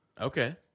Okay